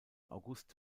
august